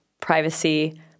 privacy